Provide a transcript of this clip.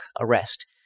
arrest